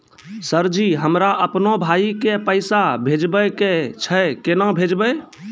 Sir ji हमरा अपनो भाई के पैसा भेजबे के छै, केना भेजबे?